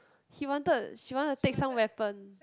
he wanted she wanted to take some weapon